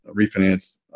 refinance